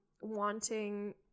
wanting